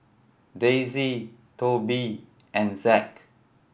Daisy Tobi and Zack